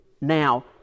Now